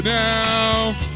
now